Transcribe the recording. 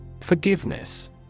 Forgiveness